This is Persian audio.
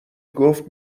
گفت